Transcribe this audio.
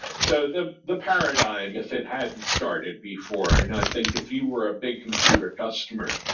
so the the paradigm, if it hadn't started before. and i think if you were a big computer customer,